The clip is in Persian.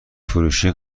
فروشی